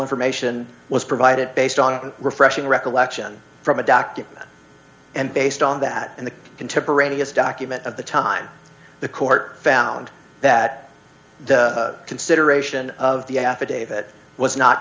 information was provided based on refreshing recollection from a document and based on that in the contemporaneous document of the time the court found that the consideration of the affidavit was not